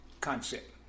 concept